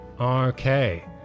Okay